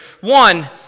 One